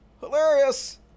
hilarious